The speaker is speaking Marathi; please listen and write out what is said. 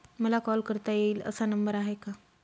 मला कॉल करता येईल असा नंबर आहे का?